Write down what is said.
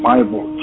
Bible